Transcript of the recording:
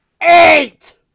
eight